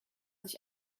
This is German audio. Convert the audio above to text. sich